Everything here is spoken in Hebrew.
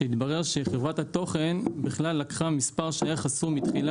שהתברר שחברת תוכן לקחה מספר שהיה חסום בתחילה